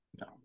No